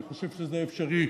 אני חושב שזה אפשרי.